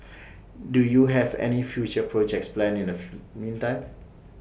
do you have any future projects planned in the meantime